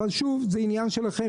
אבל זה עניין שלכם,